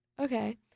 okay